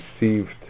received